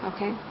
Okay